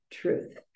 truth